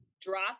drop